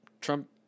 Trump